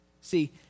See